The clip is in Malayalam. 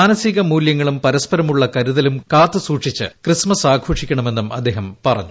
മാനസിക മൂലൃങ്ങളും പരസ്പരമുള്ള കരുതലും കാത്തു സൂക്ഷിച്ച് ക്രിസ്മസ് ആഘോഷിക്കണമെന്നും അദ്ദേഹം പറഞ്ഞു